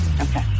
Okay